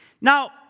Now